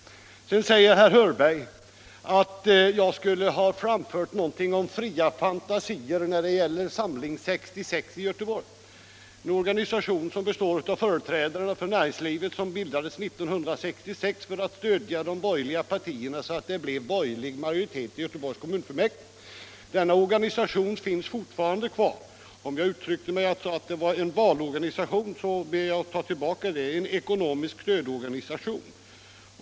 Sedan säger herr Hörberg att jag skulle ha framfört fria fantasier om Samling 66 i Göteborg, en organisation som består av företrädare för näringlivet. Den bildades 1966 för att stödja de borgerliga partierna så att det blev borgerlig majoritet i Göteborgs kommunfullmäktige. Denna organisation finns fortfarande kvar. Om jag sade att det var en valorganisation får jag ta tillbaka det. Det är en ekonomisk stödorganisation.